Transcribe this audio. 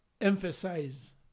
emphasize